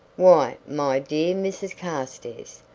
why, my dear mrs carstairs,